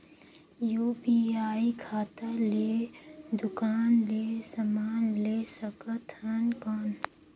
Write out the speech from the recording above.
UPI खाता ले दुकान ले समान ले सकथन कौन?